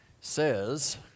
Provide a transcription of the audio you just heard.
says